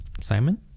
Simon